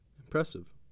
Impressive